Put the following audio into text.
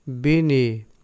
bini